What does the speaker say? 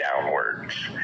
downwards